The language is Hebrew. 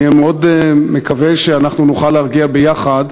אני מאוד מקווה שנוכל להרגיע ביחד,